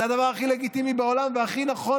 זה הדבר הכי לגיטימי בעולם והכי נכון